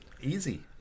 easy